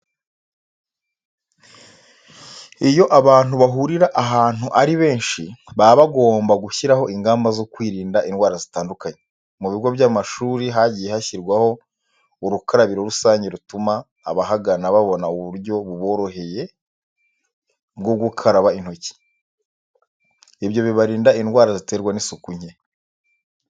Iyo abantu bahurira ahantu ari benshi, baba bagomba gushyiraho ingamba zo kwirinda indwara zitandukanye. Mu bigo by'amashuri hagiye hashyirwaho urukarabiro rusange rutuma abahagana babona uburyo buboroheye bwo gukaraba intoki. Ibyo bibarinda indwara ziterwa n'isuku nke.